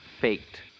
faked